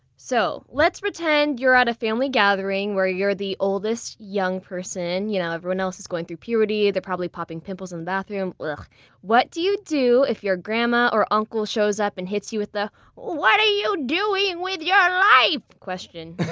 so let's pretend you're at a family gathering where you're the oldest young person. you know everyone else is going through puberty. they're probably popping pimples in the bathroom, what do you do if your grandma or uncle shows up and hits you with the what are you doing with your life question?